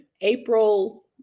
April